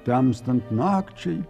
temstant nakčiai